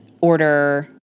order